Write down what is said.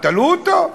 תלו אותו?